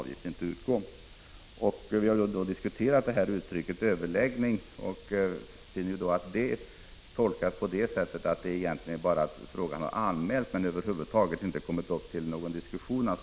Vi har diskuterat uttrycket ”överläggning” och funnit att det kan tolkas så att frågan bara behöver ha anmälts och direkt bordlagts utan att över huvud taget ha kommit upp till någon diskussion.